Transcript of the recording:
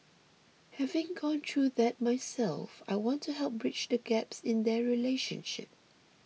having gone through that myself I want to help bridge the gaps in their relationship